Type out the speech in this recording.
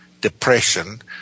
depression